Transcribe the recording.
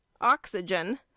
Oxygen